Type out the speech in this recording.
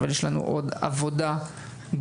אבל יש לנו עוד עבודה גדולה.